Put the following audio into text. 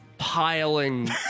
Piling